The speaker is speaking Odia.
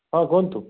ହଁ କୁହନ୍ତୁ